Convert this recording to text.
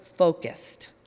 focused